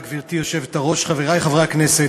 גברתי היושבת-ראש, תודה, חברי חברי הכנסת,